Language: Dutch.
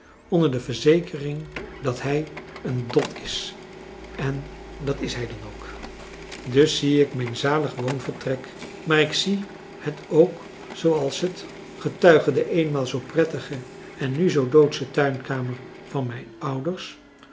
onder de verzekering dat hij een dod is en dat is hij dan ook dus zie ik mijn zalig woonvertrek maar ik zie het ook zooals het getuige de eenmaal zoo prettige en nu zoo doodsche tuinkamer van mijn ouders